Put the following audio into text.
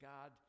God